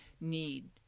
need